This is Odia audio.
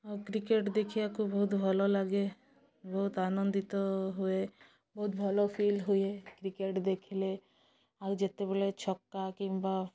ଆଉ କ୍ରିକେଟ୍ ଦେଖିବାକୁ ବହୁତ ଭଲ ଲାଗେ ବହୁତ ଆନନ୍ଦିତ ହୁଏ ବହୁତ ଭଲ ଫିଲ୍ ହୁଏ କ୍ରିକେଟ୍ ଦେଖିଲେ ଆଉ ଯେତେବେଳେ ଛକା କିମ୍ବା